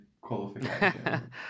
qualification